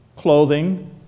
clothing